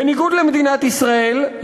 בניגוד למדינת ישראל,